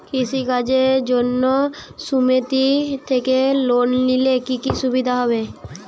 কৃষি কাজের জন্য সুমেতি থেকে লোন নিলে কি কি সুবিধা হবে?